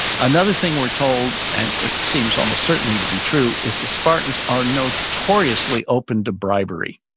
another thing we're told, and it seems almost certainly to be true, is the spartans are notoriously opened to bribery.